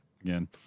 again